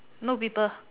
no people